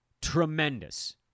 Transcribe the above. tremendous